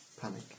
panic